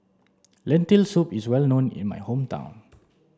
lentil soup is well known in my hometown